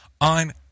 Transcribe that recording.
on